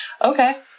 Okay